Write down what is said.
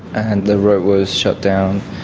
and the road was shut down.